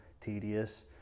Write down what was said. tedious